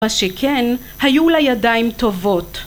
‫מה שכן, היו לה ידיים טובות.